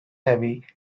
heavy